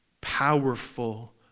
powerful